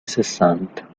sessanta